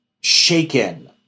shaken